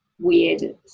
weird